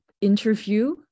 interview